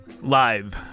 Live